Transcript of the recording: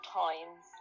times